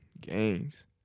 gangs